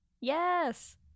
yes